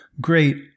great